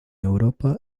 europa